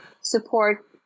support